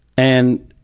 and